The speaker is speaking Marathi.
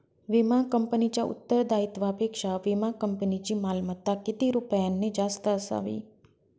विमा कंपनीच्या उत्तरदायित्वापेक्षा विमा कंपनीची मालमत्ता किती रुपयांनी जास्त असावी?